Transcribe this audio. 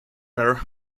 her